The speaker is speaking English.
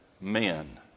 men